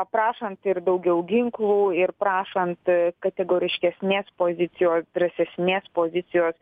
prašant ir daugiau ginklų ir prašant kategoriškesnės pozicijos drąsesnės pozicijos